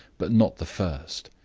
but not the first.